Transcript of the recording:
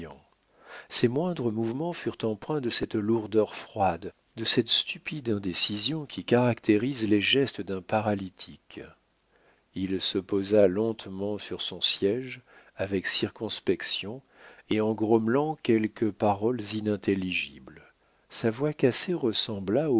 ses moindres mouvements furent empreints de cette lourdeur froide de cette stupide indécision qui caractérise les gestes d'un paralytique il se posa lentement sur son siége avec circonspection et en grommelant quelques paroles inintelligibles sa voix cassée ressembla